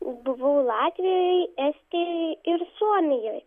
buvau latvijoj estijoj ir suomijoj